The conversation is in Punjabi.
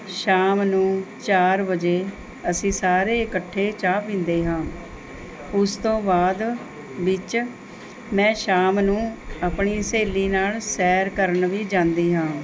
ਸ਼ਾਮ ਨੂੰ ਚਾਰ ਵਜੇ ਅਸੀਂ ਸਾਰੇ ਇਕੱਠੇ ਚਾਹ ਪੀਂਦੇ ਹਾਂ ਉਸ ਤੋਂ ਬਾਅਦ ਵਿੱਚ ਮੈਂ ਸ਼ਾਮ ਨੂੰ ਆਪਣੀ ਸਹੇਲੀ ਨਾਲ਼ ਸੈਰ ਕਰਨ ਵੀ ਜਾਂਦੀ ਹਾਂ